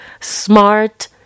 smart